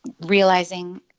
realizing